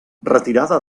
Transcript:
retirada